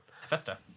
Festa